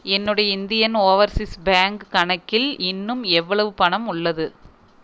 என்னுடைய Indian overseas bank கணக்கில் இன்னும் எவ்வளவு பணம் உள்ளது